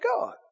God